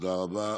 תודה רבה.